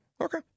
Okay